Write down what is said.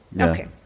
okay